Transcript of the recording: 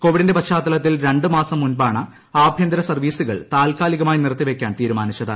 കോവിഡിന്റെ പശ്ചാത്തലത്തിൽ രണ്ടു മാസം മുൻപാണ് ആഭ്യന്തര സർവീസുകൾ താൽക്കാലികമായി നിർത്തിവയ്ക്കാൻ തീരുമാനിച്ചത്